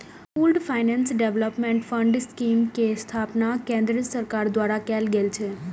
pooled finance development fund scheme के स्थापना केंद्र सरकार द्वारा कैल गेल छै